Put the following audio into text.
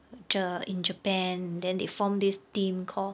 ja~ in japan than they form this team call